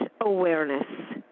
awareness